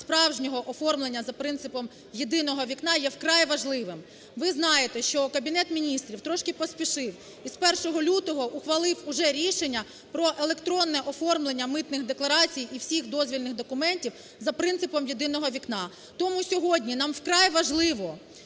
справжнього оформлення за принципом "єдиного вікна" є вкрай важливим. Ви знаєте, що Кабінет Міністрів трошки поспішив і з 1 лютого ухвалив уже рішення про електронне оформлення митних декларацій і всіх дозвільних документів за принципом "єдиного вікна". Тому сьогодні нам вкрай важливо